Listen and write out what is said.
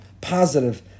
positive